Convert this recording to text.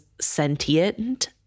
sentient